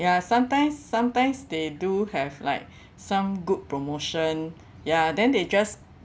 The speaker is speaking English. ya sometimes sometimes they do have like some good promotion ya then they just